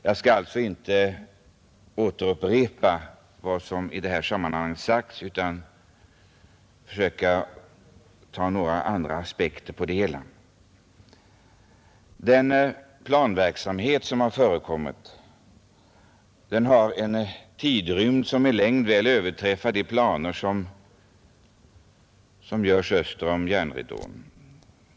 Jag skall därför inte upprepa vad som i detta sammanhang redan har sagts utan ämnar anlägga några andra aspekter på frågan. Den planverksamhet som förekommit överträffar i tidrymd de planer som görs upp Öster om järnridån.